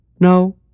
No